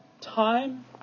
time